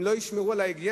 הם לא ישמרו על היגיינה?